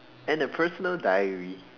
and a personal diary